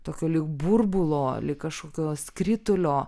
tokio burbulo lyg kažkokio skritulio